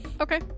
Okay